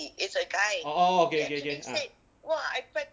orh orh okay okay okay ah